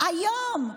היום,